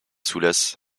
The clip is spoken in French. soulas